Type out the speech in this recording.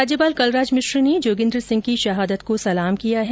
राज्यपाल कलराज मिश्र ने जोगेन्द्र सिंह की शहादत को सलाम किया है